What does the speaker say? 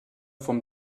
vom